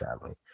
family